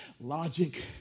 logic